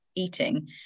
Eating